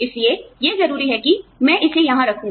इसलिए यह जरूरी है कि मैं इसे यहां रखूं